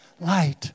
light